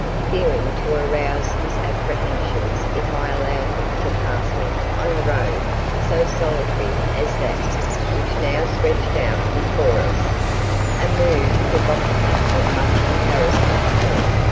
fearing to arouse his apprehensions if i allowed him to pass me on a road so solitary as that which now stretched out before us a move provocative of much embarassment to me,